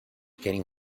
querem